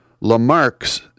Lamarck's